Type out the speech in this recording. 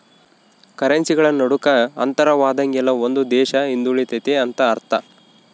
ಕರೆನ್ಸಿಗಳ ನಡುಕ ಅಂತರವಾದಂಗೆಲ್ಲ ಒಂದು ದೇಶ ಹಿಂದುಳಿತೆತೆ ಅಂತ ಅರ್ಥ